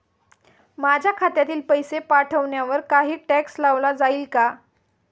माझ्या खात्यातील पैसे पाठवण्यावर काही टॅक्स लावला जाईल का?